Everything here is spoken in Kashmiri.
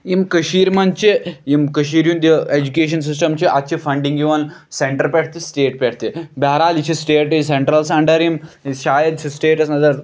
یِم کٔشیٖرِ منٛز چھِ یِم کٔشیٖرِ ہُنٛد یہِ ایٚجوکیشَن سِسٹَم چھِ اَتھ چھِ فَنڈِنٛگ یِوان سٮ۪نٹَر پٮ۪ٹھ تہِ سٹیٹ پٮ۪ٹھ تہِ بہرحال یہِ چھِ سٹیٹٕے سٮ۪نٹَرَس اَنڈَر یِم شاید چھِ سٹیٹَس اَنڈَر